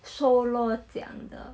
说咯讲的